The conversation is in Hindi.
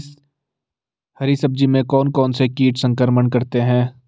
हरी सब्जी में कौन कौन से कीट संक्रमण करते हैं?